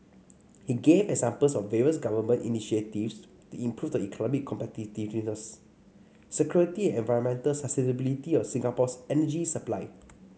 he gave examples of various government initiatives to improve the economic competitiveness security and environmental sustainability of Singapore's energy supply